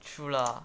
true lah